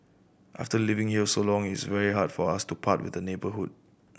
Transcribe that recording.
after living here so long it's very hard for us to part with the neighbourhood